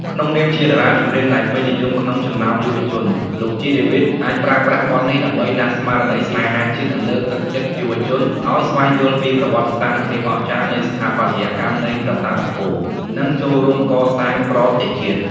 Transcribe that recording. ក្នុងនាមជាតារាចម្រៀងដែលពេញនិយមក្នុងចំណោមយុវជន លោក ជី ដេវីត អាចប្រើប្រាស់បទនេះដើម្បីដាស់ស្មារតីស្នេហាជាតិ និងលើកទឹកចិត្តយុវជនឲ្យស្វែងយល់ពីប្រវត្តិសាស្ត្រ ភាពអស្ចារ្យនៃស្ថាបត្យកម្មនៃប្រាសាទអង្គរវត្ត និងចូលរួមកសាងប្រទេសជាតិ។